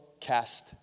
cast